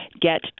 get